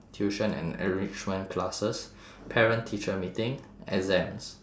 tuition and enrichment classes parent teaching meeting exams